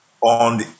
on